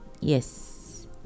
Yes